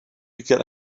get